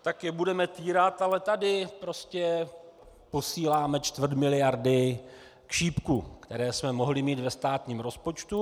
Tak je budeme týrat, ale tady prostě posíláme čtvrt miliardy k šípku, které jsme mohli mít ve státním rozpočtu.